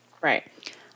Right